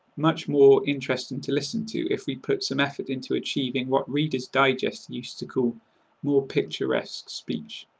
much more interesting to listen to if we put some effort into achieving what reader's digest used to call more picturesque speech.